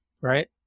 right